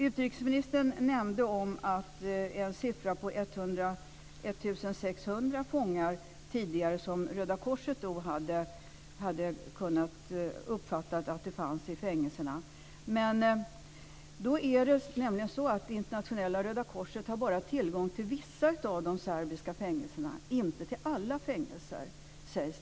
Utrikesministern nämnde en siffra på 1 600 fångar tidigare, som Röda korset hade uppfattat fanns i fängelserna. Men Internationella röda korset har bara tillgång till vissa av de serbiska fängelserna, sägs det - inte till alla fängelser.